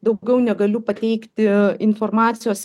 daugiau negaliu pateikti informacijos